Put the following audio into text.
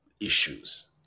issues